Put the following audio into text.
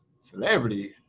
Celebrity